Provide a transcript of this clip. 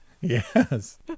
Yes